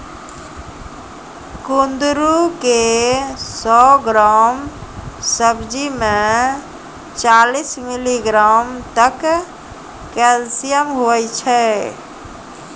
कुंदरू के सौ ग्राम सब्जी मे चालीस मिलीग्राम तक कैल्शियम हुवै छै